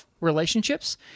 relationships